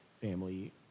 family